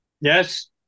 yes